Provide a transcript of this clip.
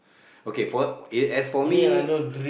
okay for as for me